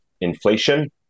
inflation